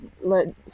let